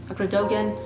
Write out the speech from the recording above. but but dogan,